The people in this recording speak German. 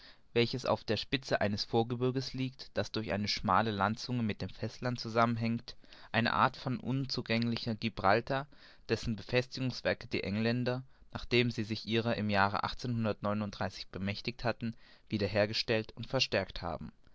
welches auf der spitze eines vorgebirges liegt das durch eine schmale landenge mit dem festland zusammenhängt eine art von unzugänglichem gibraltar dessen befestigungswerke die engländer nachdem sie sich ihrer im jahre bemächtigt hatten wieder hergestellt und verstärkt haben